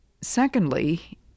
Secondly